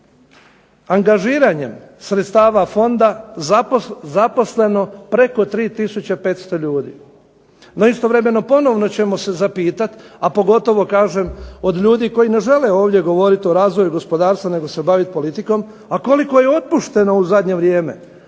angažiranjem sredstava fonda zaposleno preko 3 500 ljudi. No istovremeno ponovno ćemo se zapitati, a pogotovo kažem od ljudi koji ne žele ovdje govoriti o razvoju gospodarstva nego se baviti politikom, a koliko je otpušteno u zadnje vrijeme?